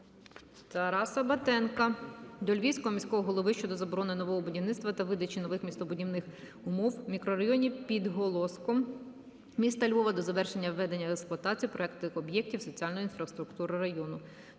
Тараса Батенка до Львівського міського голови щодо заборони нового будівництва та видачі нових містобудівних умов у мікрорайоні "Під Голоском" міста Львова до завершення введення в експлуатацію проектованих об'єктів соціальної інфраструктури району.